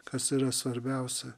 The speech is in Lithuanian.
kas yra svarbiausia